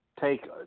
take